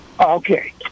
Okay